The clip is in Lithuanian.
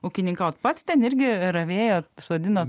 ūkininkauti pats ten irgi ravėjot sodinot